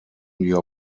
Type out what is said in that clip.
your